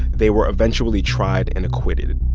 they were eventually tried and acquitted.